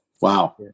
Wow